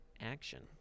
action